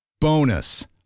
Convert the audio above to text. Bonus